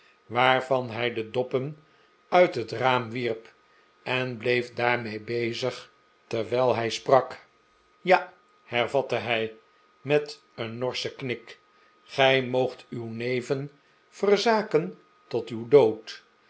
peuzelen'waarvan hij de doppen uit het raam wierp en bleef daarmee bezig terwijl hij sprak ja hervatte hij met een norschen knik gij moogt uw neven verzaken tot uw dood